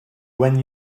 when